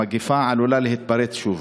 המגפה עלולה להתפרץ שוב,